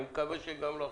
אני מקווה שעכשיו לא.